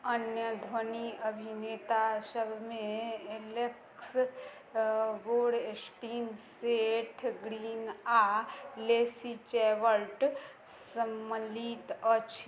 अन्य ध्वनि अभिनेता सभमे एलेक्स बोरस्टीन सेठ ग्रीन आओर लेसी चैबर्ट सम्मिलित अछि